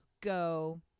go